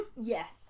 Yes